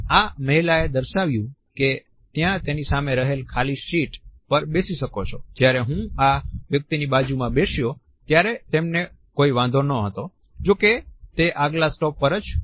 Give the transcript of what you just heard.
આ મહિલાએ દર્શાવ્યું કે ત્યાં તેની સામે રહેલ ખાલી સીટ પર બેસી શકો છો જ્યારે હું આ વ્યક્તિની બાજુ માં બેસ્યો ત્યારે તેમને કોઈ વાંધો ન હતો જોકે તે આગલા સ્ટોપ પર જ ઉતરી ગયો હતો